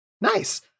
nice